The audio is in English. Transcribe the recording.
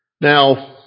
Now